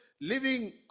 living